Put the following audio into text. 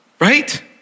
Right